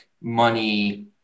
money